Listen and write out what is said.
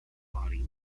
body